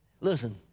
Listen